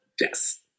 Yes